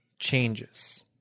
changes